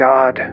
God